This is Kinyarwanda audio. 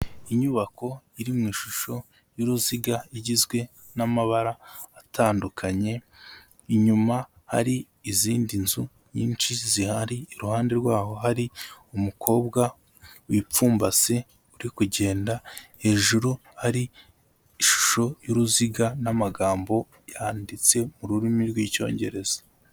Inyubako iri mu ishusho y'uruziga igizwe n'amabara atandukanye, inyuma hari izindi nzu nyinshi zihari, iruhande rwaho hari umukobwa wipfumbase uri kugenda, hejuru hari ishusho y'uruziga n'amagambo yanditse mu rurimi rw'Icyongereza.